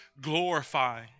glorify